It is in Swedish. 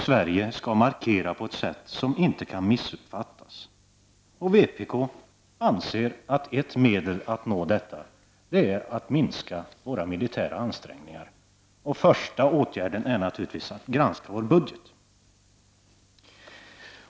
Sverige skall markera på ett sätt som inte kan missuppfattas. Vpk anser att ett medel att nå detta är att minska våra militära ansträngningar. Den första åtgärden är naturligtvis att granska vår budget.